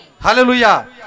Hallelujah